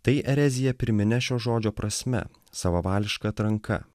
tai erezija pirmine šio žodžio prasme savavališka atranka